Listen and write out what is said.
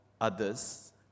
others